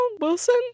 Wilson